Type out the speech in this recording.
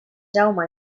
jaume